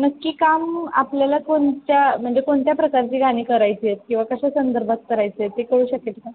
नक्की काम आपल्याला कोणत्या म्हणजे कोणत्या प्रकारची गाणी करायची आहेत किंवा कशा संदर्भात करायचे ते कळू शकेल का